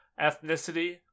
ethnicity